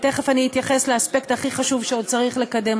ותכף אני אתייחס לאספקט הכי חשוב שעוד צריך לקדם,